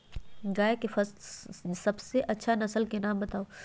गाय के सबसे अच्छा नसल के नाम बताऊ?